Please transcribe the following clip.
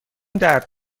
درد